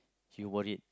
she worth it